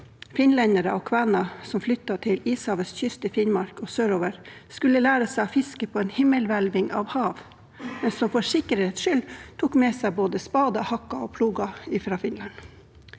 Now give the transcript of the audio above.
finlendere og kvener som flyttet til ishavets kyst i Finnmark og sørover, skulle lære seg å fiske på en himmelhvelving av hav, men for sikkerhets skyld tok med seg både spader, hakker og ploger fra Finland.